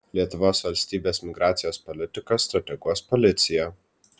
lietuvos valstybės migracijos politiką strateguos policija